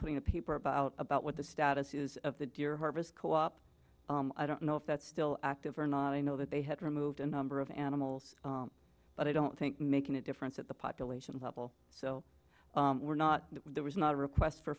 putting a paper about about what the status is of the deer harvest co op i don't know if that's still active or not i know that they had removed a number of animals but i don't think making a difference at the population level so we're not there was not a request for